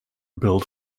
built